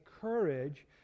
courage